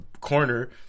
corner